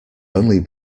only